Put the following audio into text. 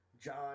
John